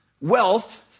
wealth